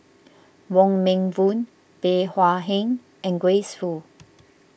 Wong Meng Voon Bey Hua Heng and Grace Fu